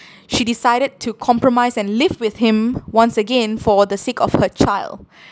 she decided to compromise and live with him once again for the sake of her child